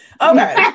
okay